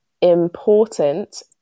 important